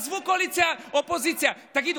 עזבו קואליציה אופוזיציה: תגידו,